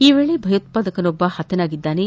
ಈ ವೇಳೆ ಭಯೋತ್ಪಾದಕನೊಬ್ಬ ಪತನಾಗಿದ್ದಾನೆ